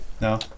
No